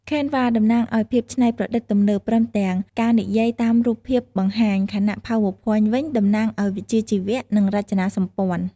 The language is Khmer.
Canva តំណាងឱ្យភាពច្នៃប្រឌិតទំនើប ព្រមទាំងការនិយាយតាមរូបភាពបង្ហាញ ខណៈ PowerPoint វិញ តំណាងឱ្យវិជ្ជាជីវៈ និងរចនាសម្ព័ន្ធ។